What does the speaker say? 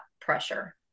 pressure